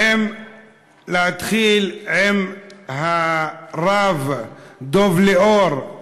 האם להתחיל עם הרב דב ליאור,